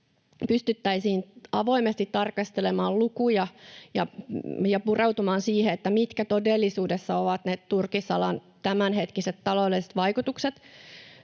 pystyttäisiin avoimesti tarkastelemaan lukuja ja pureutumaan siihen, mitkä todellisuudessa ovat ne turkisalan tämänhetkiset taloudelliset vaikutukset.